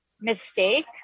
mistake